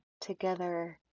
together